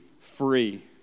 free